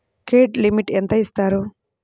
Credit limit ఎంత ఇస్తారు?